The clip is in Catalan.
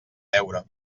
beure